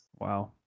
Wow